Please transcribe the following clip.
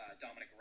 Dominic